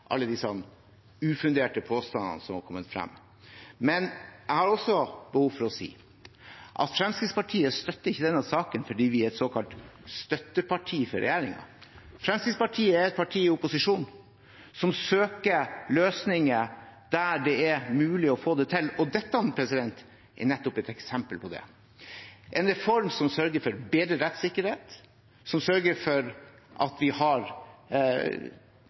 alle disse ufunderte påstandene som er kommet frem. Men jeg har også behov for å si: Fremskrittspartiet støtter ikke denne saken fordi vi er et såkalt støtteparti for regjeringen. Fremskrittspartiet er et parti i opposisjon, som søker løsninger der det er mulig å få det til, og dette er nettopp et eksempel på det: en reform som sørger for bedre rettssikkerhet, som sørger for at vi har